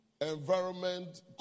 environment